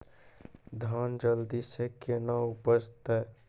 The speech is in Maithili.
धान जल्दी से के ना उपज तो?